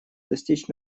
достичь